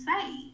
say